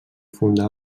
fundà